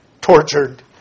tortured